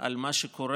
על מה שקורה,